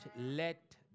let